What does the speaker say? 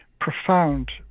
profound